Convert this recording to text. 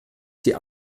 die